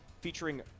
featuring